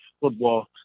football